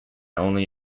only